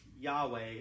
yahweh